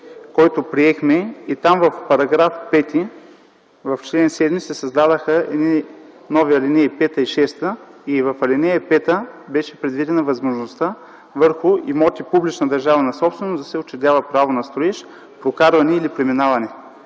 който приехме. Там в § 5, в чл. 7 се създадоха нови алинеи 5 и 6. В ал. 5 беше предвидена възможността върху имоти публична държавна собственост да се учредява право на строеж, прокарване или преминаване.